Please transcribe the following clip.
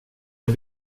jag